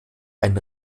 ein